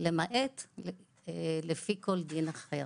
למעט לפי כל דין אחר.